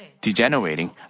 degenerating